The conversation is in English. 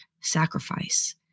sacrifice